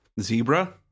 zebra